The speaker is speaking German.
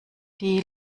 die